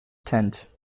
tent